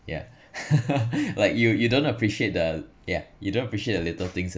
ya like you you don't appreciate the yeah you don't appreciate a little things